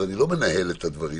אז אני לא מנהל את הדברים,